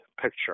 picture